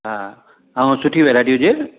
हा ऐं सुठी वैराइटी हुजे